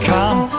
Come